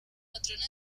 patrona